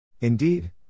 Indeed